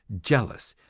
jealous,